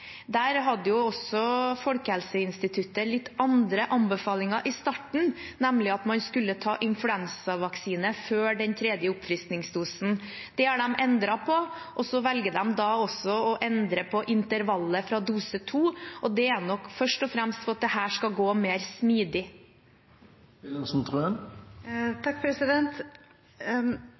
Der hadde også Folkehelseinstituttet litt andre anbefalinger i starten, nemlig at man skulle ta influensavaksine før den tredje oppfriskningsdosen. Det har de endret på, og de velger også å endre på intervallet fra dose 2, og det er nok først og fremst for at dette skal gå mer